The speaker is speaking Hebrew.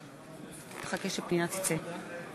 אורבך, מצביע מרב מיכאלי, מצביעה אראל